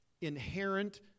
inherent